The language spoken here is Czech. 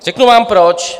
Řeknu vám proč.